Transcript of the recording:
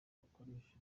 bakoresha